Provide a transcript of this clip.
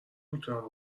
میتونم